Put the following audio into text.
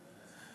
רוצה.